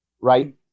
right